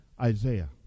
Isaiah